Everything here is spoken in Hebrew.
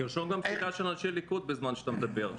תרשום גם שתיקה של אנשי ליכוד בזמן שאתה מדבר.